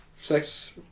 Sex